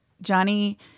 Johnny